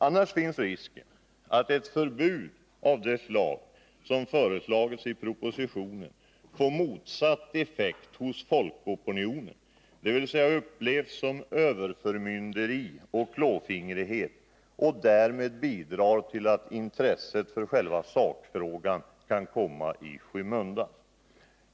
Annars finns risken för att ett förbud av det slag som föreslagits i propositionen får motsatt effekt bland människorna, dvs. upplevs som överförmynderi och klåfingrighet och därmed bidrar till att intresset för själva sakfrågan kan komma i skymundan.